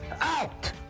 out